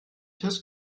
tisch